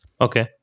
Okay